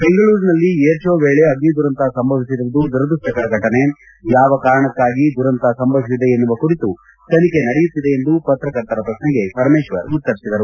ಬೆಂಗಳೂರಿನಲ್ಲಿ air show ವೇಳೆ ಅಗ್ನಿ ದುರಂತ ಸಂಭವಿಸಿರುವುದು ದುರದ್ಯಷ್ಟಕರ ಘಟನೆ ಯಾವ ಕಾರಣಕ್ಕಾಗಿ ದುರಂತ ಸಂಭವಿಸಿದೆ ಎನ್ನುವ ಕುರಿತು ತನಿಖೆ ನಡೆಯುತ್ತಿದೆ ಎಂದು ಪತ್ರಕರ್ತರ ಪ್ರಶ್ನೆಗೆ ಪರಮೇಶ್ವರ್ ಉತ್ತರಿಸಿದರು